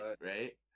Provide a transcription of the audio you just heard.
right